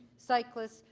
cycleists,